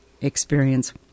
experience